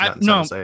No